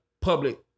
public